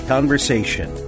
Conversation